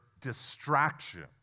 distraction